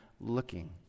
looking